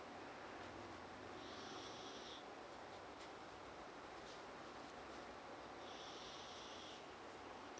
mm